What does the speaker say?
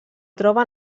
troba